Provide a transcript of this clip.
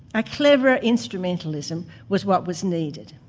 a clever instrumentalism was what was needed.